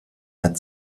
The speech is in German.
mehr